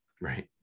Right